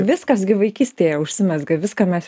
viskas gi vaikystėje užsimezga viską mes